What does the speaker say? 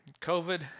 COVID